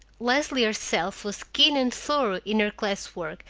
leslie herself was keen and thorough in her class work,